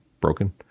broken